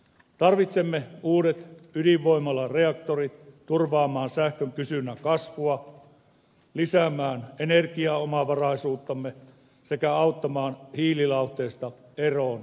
tarvitsemme uudet ydinvoimalareaktorit turvaamaan sähkön kysynnän kasvua lisäämään energiaomavaraisuuttamme sekä auttamaan hiililauhteista eroon pääsemistä